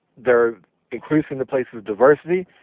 they're increasingly places of diversity,